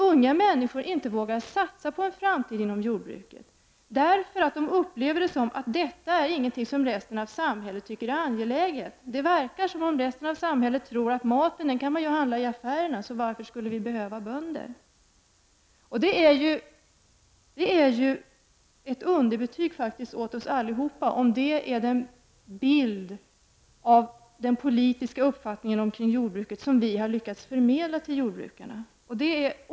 Unga människor vågar inte satsa på en framtid inom jordbruket därför att de upplever att resten av samhället inte tycker att detta är angeläget. Det verkar som om resten av samhället tror att maten kan man handla i affärerna, så varför behöver man bönder? Om detta är den bild av den politiska uppfattningen kring jordbruket som vi lyckats förmedla till jordbrukarna är detta ett underbetyg åt oss allihopa.